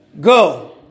go